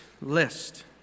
list